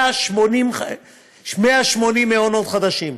180 מעונות חדשים.